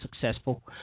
successful